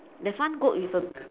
there's one goat with a